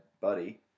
buddy